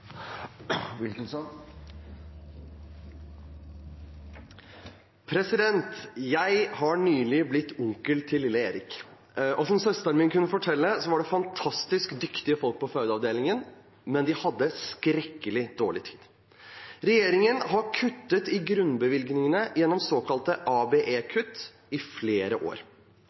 som søsteren min kunne fortelle, var det fantastisk dyktige folk på fødeavdelingen, men de hadde skrekkelig dårlig tid. Regjeringen har kuttet i grunnbevilgningene gjennom såkalte ABE-kutt i flere år.